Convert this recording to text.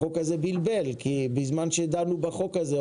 החוק הזה בלבל כי בזמן שדנו בחוק הזה,